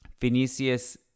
Vinicius